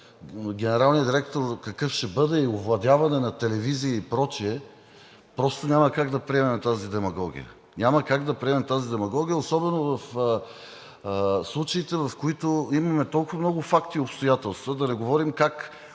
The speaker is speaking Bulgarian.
генералния директор какъв ще бъде, овладяване на телевизии и прочие, просто няма как да приемем тази демагогия. Няма как да приемем тази демагогия особено в случаите, в които имаме толкова много факти и обстоятелства. Да не говорим как